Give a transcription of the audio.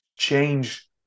change